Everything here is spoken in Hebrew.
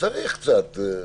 צריך קצת.